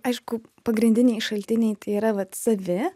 aišku pagrindiniai šaltiniai tai yra vat savi